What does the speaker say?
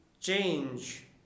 change